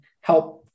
help